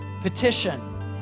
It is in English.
petition